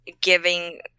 giving